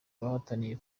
bahataniye